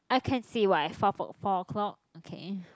I can see why fourth four o-clock okay